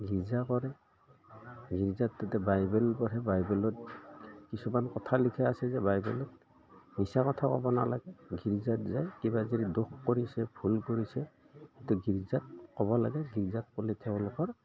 গীৰ্জা কৰে গীৰ্জাত তাতে বাইবেল পঢ়ে বাইবেলত কিছুমান কথা লিখা আছে যে বাইবেলত মিছা কথা ক'ব নালাগে গীৰ্জাত যায় কিবা যদি দুখ কৰিছে ভুল কৰিছে সেইটো গীৰ্জাত ক'ব লাগে গীৰ্জাত ক'লে তেওঁলোকৰ